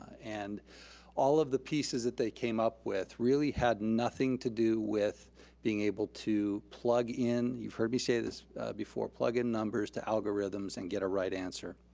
and all of the pieces that they came up with really had nothing to do with being able to plug in, you've heard me say this before, plug in numbers to algorithms and get a right answer,